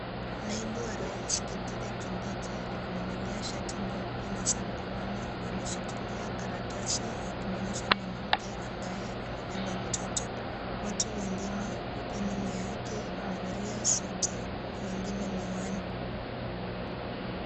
Naibu wa rais Kithure Kindiki amevalia shati nyeupe na sasa mikononi ameshikilia karatasi akimwonyesha mwanamke ambaye amebeba .Mtoto watu wengine wako nyuma yake, wamevalia suti na wengine miwani.